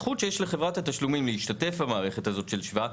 הזכות שיש לחברת התשלומים להשתתף במערכת הזאת של שבא,